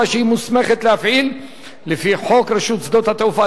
שהיא מוסמכת להפעיל לפי חוק רשות שדות התעופה,